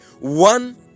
one